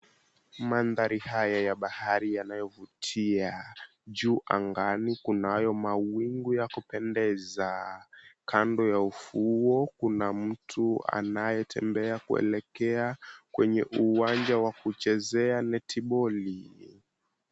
Mandari haya ya bahari yanayovutia. Juu angani kunayo mawingu ya kupendeza. Kando ya ufuo kuna mtu anayetembea kuelekea kwenye uwanja wa kuchezea neti boli.